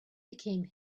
became